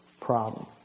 problem